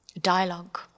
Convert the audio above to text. dialogue